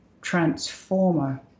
transformer